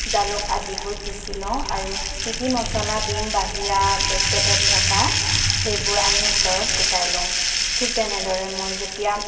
জালুক আদিবোৰ পিচি লওঁ আৰু কি কি মছলা দিম বাহিৰা পেকেটত থকা সেইবোৰ আনি ওচৰত গোটাই লওঁ ঠিক তেনেদৰে মই যেতিয়া